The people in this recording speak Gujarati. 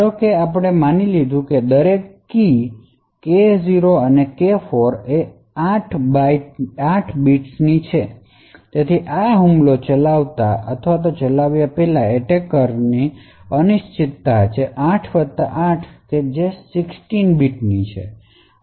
ધારો કે આપણે માની લીધું છે કે દરેક કી K0 અને K4 8 બિટ્સની છે તેથી આ હુમલો ચલાવતા અથવા ચલાવ્યા પહેલાં એટેકર ની અનિશ્ચિતતા 8 વત્તા 8 છે જે 16 બિટ્સ છે